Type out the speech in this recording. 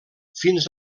fins